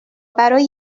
برای